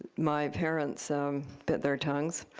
my parents so bit their tongues.